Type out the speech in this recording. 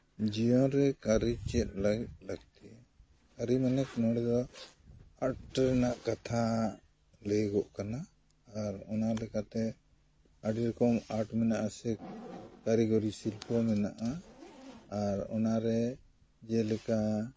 ᱡᱤᱭᱚᱱ ᱨᱮ ᱠᱟᱹᱨᱤ ᱪᱮᱫ ᱞᱟᱹᱜᱤᱫ ᱞᱟᱹᱠᱛᱤ ᱠᱟᱹᱨᱤ ᱢᱮᱱᱮᱠ ᱱᱚᱰᱮ ᱫᱚ ᱟᱨᱴ ᱨᱮᱱᱟᱜ ᱠᱟᱛᱷᱟ ᱞᱟᱹᱭᱚᱜᱚᱜ ᱠᱟᱱᱟ ᱟᱨ ᱚᱱᱟ ᱞᱮᱠᱟᱛᱮ ᱟᱹᱰᱤ ᱨᱚᱠᱚᱢ ᱟᱨᱴ ᱢᱮᱱᱟᱜᱼᱟ ᱥᱮ ᱠᱟᱹᱨᱤᱜᱚᱨᱤ ᱥᱤᱞᱯᱚ ᱢᱮᱱᱟᱜᱼᱟ ᱟᱨ ᱚᱱᱟ ᱨᱮ ᱡᱮᱞᱮᱠᱟ